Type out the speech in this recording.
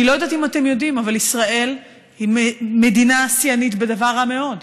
אני לא יודעת אם אתם יודעים אבל ישראל היא מדינה שיאנית בדבר רע מאוד.